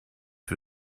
für